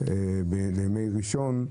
ביום ראשון,